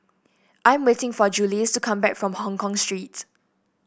I am waiting for Juluis to come back from Hongkong Street